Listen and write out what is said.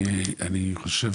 אני חושב